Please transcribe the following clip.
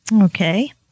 Okay